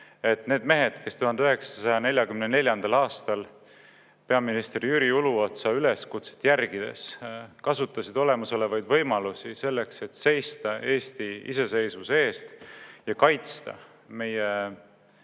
neid mehi, kes 1944. aastal peaminister Jüri Uluotsa üleskutset järgides kasutasid olemasolevaid võimalusi selleks, et seista Eesti iseseisvuse eest ja kaitsta meie